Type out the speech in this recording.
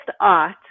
art